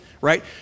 Right